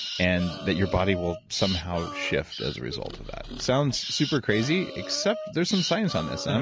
and that your body will somehow shift as a result of that. sounds super crazy, except there's some science on this. um